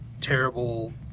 terrible